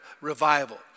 revival